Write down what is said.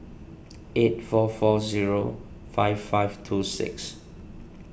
eight four four zero five five two six